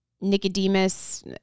Nicodemus